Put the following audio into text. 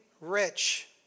rich